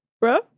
Bro